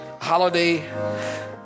holiday